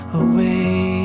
away